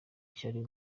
ishyari